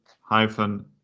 hyphen